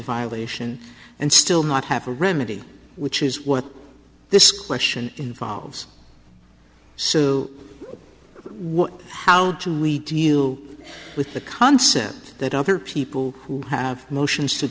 violation and still not have a remedy which is what this question involves so what how do we deal with the concept that other people who have motions to